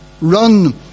Run